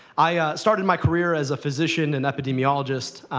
i started my career as a physician and epidemiologist.